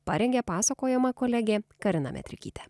parengė pasakojama kolegė karina metrikytė